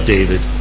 David